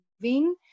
moving